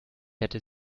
hätte